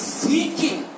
seeking